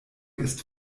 ist